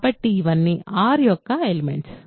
కాబట్టి ఇవన్నీ R యొక్క ఎలిమెంట్స్